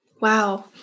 Wow